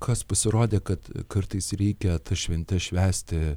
kas pasirodė kad kartais reikia tas šventes švęsti